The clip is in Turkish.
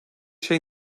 şey